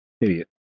idiot